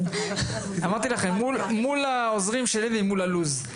אמרתי לכם, מול העוזרים שלי ומול הלו"ז.